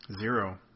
Zero